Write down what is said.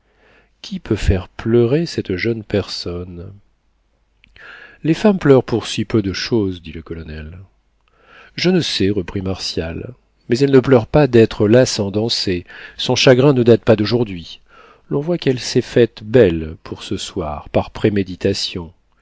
qui peut faire pleurer cette jeune personne les femmes pleurent pour si peu de chose dit le colonel je ne sais reprit martial mais elle ne pleure pas d'être là sans danser son chagrin ne date pas d'aujourd'hui l'on voit qu'elle s'est faite belle pour ce soir par